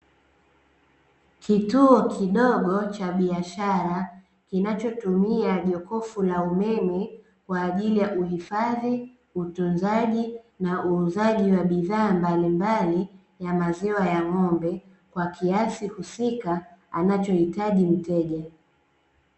Kituo kidogo cha biashara kinachotumia jokofu la umeme kwaajili ya uhifadhi, utunzaji, na uuzaji wa bidhaa mbalimbali ya maziwa ya ng'ombe kwa kiasi husika anachohitaji mteja.